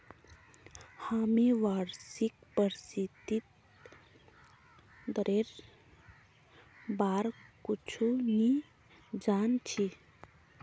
हामी वार्षिक प्रतिशत दरेर बार कुछु नी जान छि